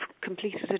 completed